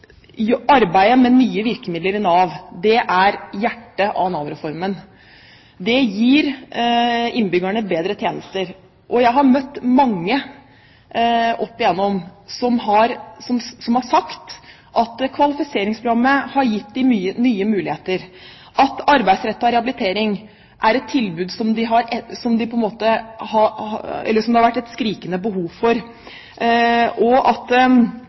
at arbeidet med nye virkemidler i Nav er hjertet av Nav-reformen. Det gir innbyggerne bedre tjenester. Jeg har møtt mange opp igjennom som har sagt at kvalifiseringsprogrammet har gitt dem nye muligheter, at arbeidsrettet rehabilitering er et tilbud som det har vært et skrikende behov for, og at